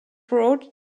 road